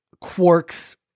Quark's